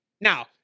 Now